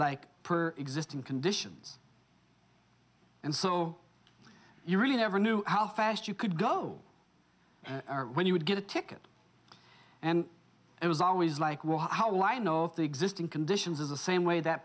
like per existing conditions and so you really never knew how fast you could go or when you would get a ticket and it was always like wow line of the existing conditions is the same way that